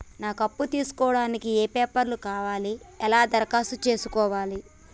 నాకు అప్పు తీసుకోవడానికి ఏ పేపర్లు కావాలి ఎలా దరఖాస్తు చేసుకోవాలి?